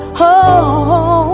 home